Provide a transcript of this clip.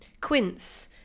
Quince